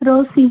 Rosie